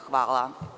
Hvala.